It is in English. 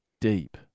deep